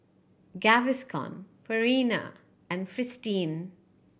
Gaviscon Purina and Fristine